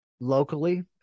locally